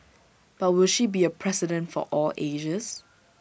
but will she be A president for all ages